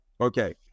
Okay